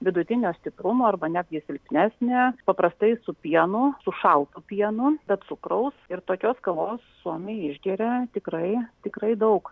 vidutinio stiprumo arba netgi silpnesnė paprastai su pienu su šaltu pienu be cukraus ir tokios kavos suomiai išgeria tikrai tikrai daug